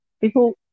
people